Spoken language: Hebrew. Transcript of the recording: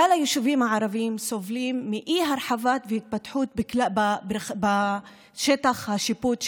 כלל היישובים הערביים סובלים מאי-הרחבה והתפתחות של שטח השיפוט שלהם.